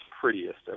prettiest